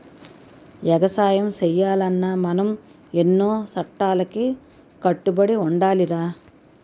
ఎగసాయం సెయ్యాలన్నా మనం ఎన్నో సట్టాలకి కట్టుబడి ఉండాలిరా